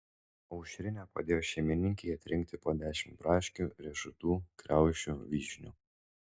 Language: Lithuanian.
aušrinė padėjo šeimininkei atrinkti po dešimt braškių riešutų kriaušių vyšnių